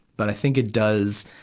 but i think it does,